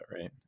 Right